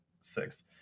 six